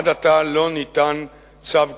עד עתה לא ניתן צו כזה,